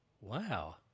Wow